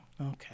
Okay